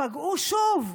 פגעו שוב.